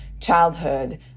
childhood